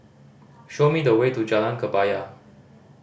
show me the way to Jalan Kebaya